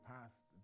past